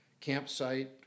campsite